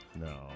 No